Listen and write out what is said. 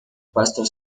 pastos